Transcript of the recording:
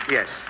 Yes